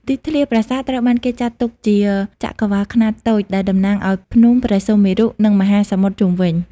ទីធ្លាប្រាសាទត្រូវបានគេចាត់ទុកជា ចក្រវាឡខ្នាតតូច ដែលតំណាងឲ្យភ្នំព្រះសុមេរុ និងមហាសមុទ្រជុំវិញ។